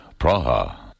Praha